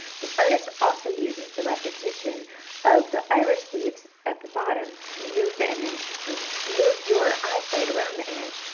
the artist also uses the repetition of the iris leaves at the bottom, to move the image from move your eyesight around the image,